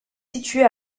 située